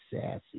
Sassy